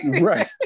Right